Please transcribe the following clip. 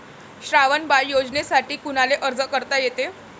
श्रावण बाळ योजनेसाठी कुनाले अर्ज करता येते?